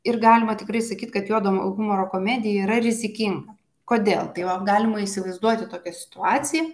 ir galima tikrai sakyt kad juodojo humoro komedija yra rizikinga kodėl tai vat galima įsivaizduoti tokią situaciją